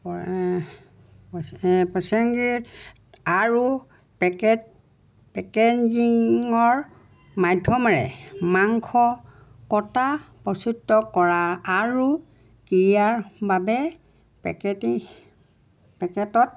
পচংগীৰ আৰু পেকেট পেকেজিঙৰ মাধ্যমেৰে মাংস কটা প্ৰচ্যুত্ত কৰা আৰু ক্ৰিয়াৰ বাবে পেকেটি পেকেটত